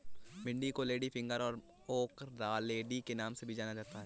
भिन्डी को लेडीफिंगर और ओकरालेडी के नाम से भी जाना जाता है